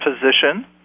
position